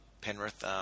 Penrith